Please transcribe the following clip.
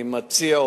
אני מציע,